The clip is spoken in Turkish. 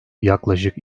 yaklaşık